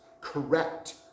correct